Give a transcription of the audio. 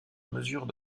mesure